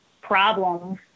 problems